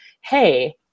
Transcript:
hey